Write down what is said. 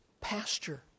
pasture